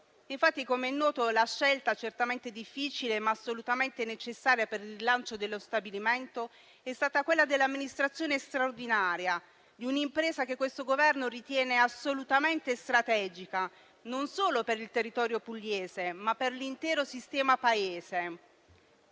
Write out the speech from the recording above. Infatti, come è noto, la scelta certamente difficile, ma assolutamente necessaria per il lancio dello stabilimento è stata quella dell'amministrazione straordinaria di un'impresa che questo Governo ritiene assolutamente strategica non solo per il territorio pugliese, ma anche per l'intero sistema Paese.